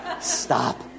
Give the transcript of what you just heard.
stop